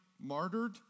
martyred